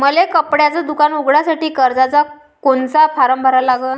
मले कपड्याच दुकान उघडासाठी कर्जाचा कोनचा फारम भरा लागन?